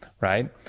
right